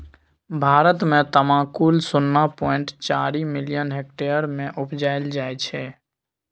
भारत मे तमाकुल शुन्ना पॉइंट चारि मिलियन हेक्टेयर मे उपजाएल जाइ छै